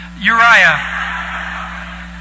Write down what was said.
Uriah